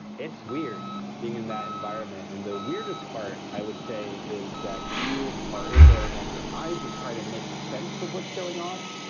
it's weird being in that environment, and the weirdest part, i would say, is that you are in there and then your eyes are trying to make sense of what's going on.